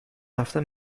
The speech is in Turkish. hafta